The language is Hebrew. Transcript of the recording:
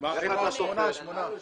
מגיע הביטחון שלא מגיע לכאן.